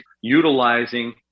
utilizing